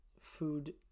food